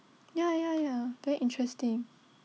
ya ya ya very interesting